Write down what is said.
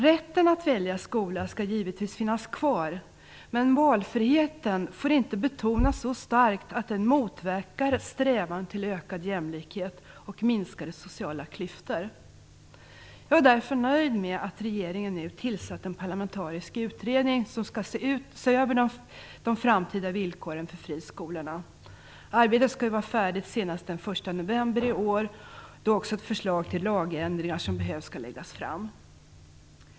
Rätten att välja skola skall givetvis finnas kvar, men valfriheten får inte betonas så starkt att den motverkar strävan till ökad jämlikhet och minskade sociala klyftor. Jag är därför nöjd med att regeringen nu har tillsatt en parlamentarisk utredning som skall se över de framtida villkoren för friskolorna. Arbetet skall ju vara färdigt senast den 1 november i år, då också ett förslag till lagändringar skall läggas fram.